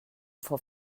vor